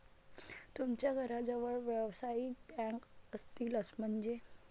तुमच्या घराजवळ व्यावसायिक बँक असलीच पाहिजे